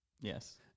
yes